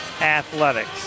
Athletics